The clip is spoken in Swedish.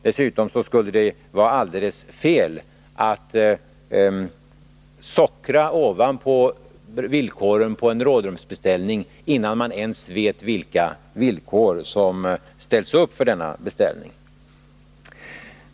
Dessutom skulle det vara alldeles fel att sockra ovanpå villkoren när det gäller en rådrumsbeställning, innan man ens vet vilka villkor som ställs upp för denna beställning.